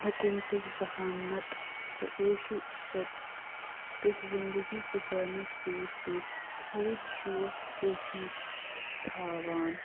حکوٗمتٕکۍ ذَہانَت تہٕ عٲشو عِشرتٕکۍ زنٛدگی گُزارنَس سۭتۍ سۭتۍ رٔتۍ شوق ٲسمٕتۍ تھاوان